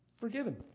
forgiven